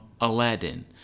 Aladdin